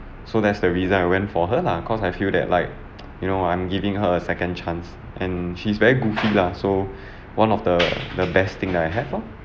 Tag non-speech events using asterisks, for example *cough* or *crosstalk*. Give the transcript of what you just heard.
so that's the reason I went for her lah cause I feel that like *noise* you know I'm giving her a second chance and she's very goofy lah so *breath* one of the the best thing that I have loh